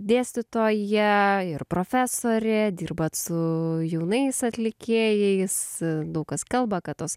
dėstytoja ir profesorė dirbate su jaunais atlikėjais daug kas kalba kad tos